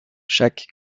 chaque